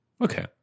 Okay